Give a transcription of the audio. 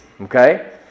Okay